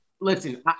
listen